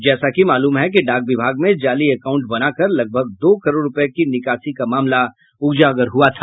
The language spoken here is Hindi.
जैसा कि मालूम है कि डाक विभाग में जाली अकाउंट बनाकर लगभग दो करोड़ रूपये के निकासी का मामला उजागर हुआ था